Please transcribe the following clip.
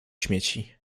śmieci